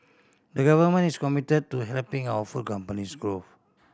the Government is commit to helping our food companies grow